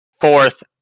fourth